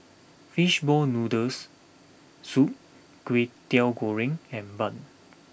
Fishball Noodles Soup Kway Teow Goreng and Bun